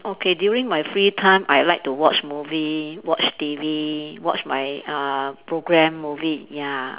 okay during my free time I like to watch movie watch T_V watch my uh program movie ya